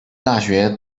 大学